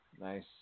Nice